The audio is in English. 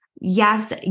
Yes